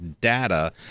data